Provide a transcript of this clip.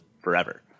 forever